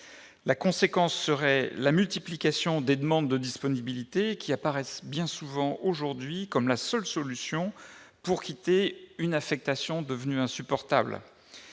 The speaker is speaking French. La conséquence serait la multiplication des demandes de disponibilité, lesquelles apparaissent bien souvent comme la seule solution pour quitter une affectation devenue insupportable.